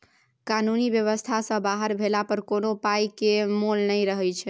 कानुनी बेबस्था सँ बाहर भेला पर कोनो पाइ केर मोल नहि रहय छै